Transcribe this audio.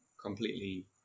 completely